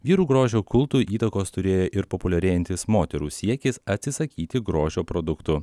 vyrų grožio kultui įtakos turėjo ir populiarėjantis moterų siekis atsisakyti grožio produktų